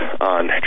on